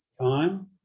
time